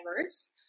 diverse